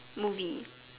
movie